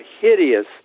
hideous